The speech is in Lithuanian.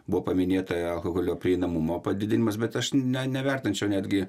buvo paminėta alkoholio prieinamumo padidinimas bet aš ne nevertinčiau netgi